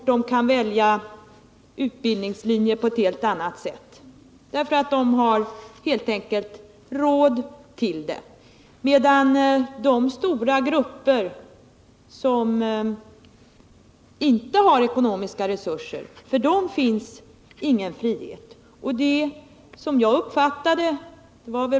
Och de kan på ett helt annat sätt välja utbildningslinje, för att de helt enkelt har råd, medan det för de stora grupper som inte har ekonomiska resurser inte finns någon frihet.